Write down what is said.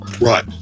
Right